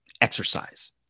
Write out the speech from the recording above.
exercise